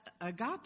agape